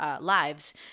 lives